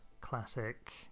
classic